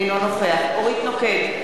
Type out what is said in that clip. אינו נוכח אורית נוקד,